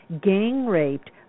gang-raped